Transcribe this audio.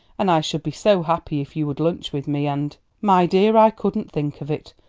and i should be so happy if you would lunch with me, and my dear, i couldn't think of it!